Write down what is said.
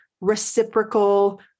reciprocal